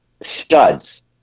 studs